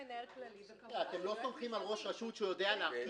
מנהל כללי --- אתם לא סומכים על ראש רשות שיודע להרכיב